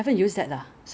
orh hook okay